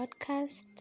podcast